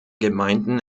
gemeinden